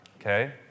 okay